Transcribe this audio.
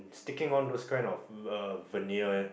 sticking on those kind of vinyl